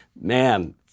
man